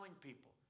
people